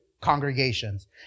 congregations